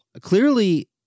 Clearly